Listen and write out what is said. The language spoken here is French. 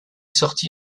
sorti